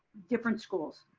different schools.